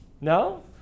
No